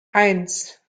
eins